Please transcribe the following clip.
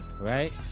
Right